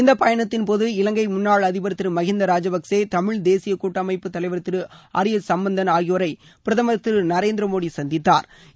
இந்த பயணத்தின் போது இலங்கை முன்னாள் அதிபர் திரு மகிந்தா ராஜபக்சே தமிழ் தேசிய கூட்டமைப்பு தலைவா் திரு ஆர் ஏ சம்பந்தன் ஆகியோரை பிரதமா் திரு நரேந்திர மோடி சந்தித்தாா்